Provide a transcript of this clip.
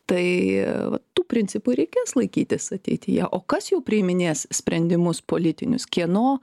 tai tų principų reikės laikytis ateityje o kas jau priiminės sprendimus politinius kieno